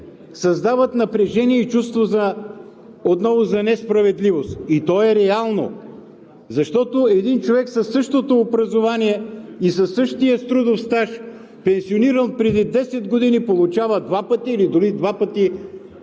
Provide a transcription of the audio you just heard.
създават напрежение и чувство отново за несправедливост и то е реално, защото един човек със същото образование и със същия трудов стаж, пенсиониран преди десет години, получава два пъти или дори два пъти